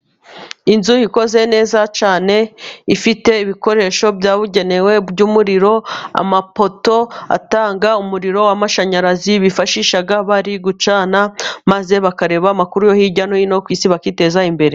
Inzu ikoze neza cyane, ifite ibikoresho byabugenewe by'umuriro, amapoto atanga umuriro w'amashanyarazi bifashisha bari gucana, maze bakareba amakuru yo hirya no hino ku isi bakiteza imbere.